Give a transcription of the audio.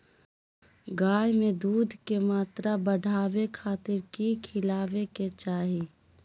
गाय में दूध के मात्रा बढ़ावे खातिर कि खिलावे के चाही?